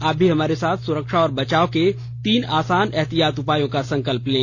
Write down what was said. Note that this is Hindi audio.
आप भी हमारे साथ सुरक्षा और बचाव के तीन आसान एहतियाती उपायों का संकल्प लें